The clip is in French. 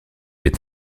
est